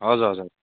हजुर हजुर